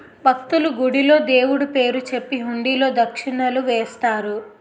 భక్తులు, గుడిలో దేవుడు పేరు చెప్పి హుండీలో దక్షిణలు వేస్తారు